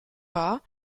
war